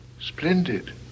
splendid